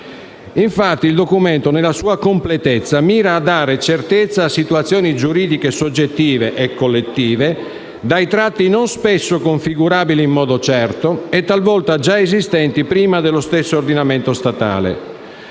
Il documento mira nella sua completezza a dare certezza a situazioni giuridiche soggettive e collettive dai tratti spesso non configurabili in modo certo e, talvolta, già esistenti prima dello stesso ordinamento statale.